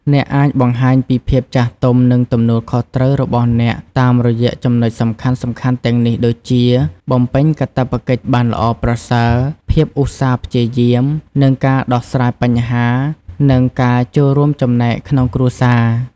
អ្នកអាចបង្ហាញពីភាពចាស់ទុំ និងទំនួលខុសត្រូវរបស់អ្នកតាមរយៈចំណុចសំខាន់ៗទាំងនេះ ដូចជា បំពេញកាតព្វកិច្ចបានល្អប្រសើរ ភាពឧស្សាហ៍ព្យាយាម និងការដោះស្រាយបញ្ហា និងការចូលរួមចំណែកក្នុងគ្រួសារ។